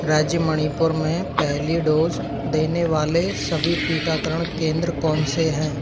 राज्य मणिपुर में पहली डोज़ देने वाले सभी टीकाकरण केंद्र कौनसे हैं